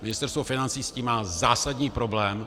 Ministerstvo financí s tím má zásadní problém.